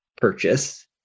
purchase